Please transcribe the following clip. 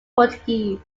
portuguese